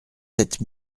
sept